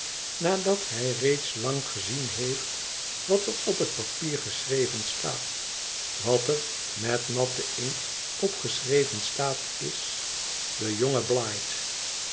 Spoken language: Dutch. nadat hij reeds lang gezien heeft wat er op het papier geschreven staat wat er met natten inkt op geschreven staat is de jonge blight